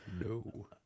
No